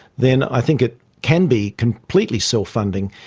then i think it can be completely self-funding.